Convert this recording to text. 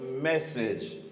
message